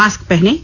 mask पहनें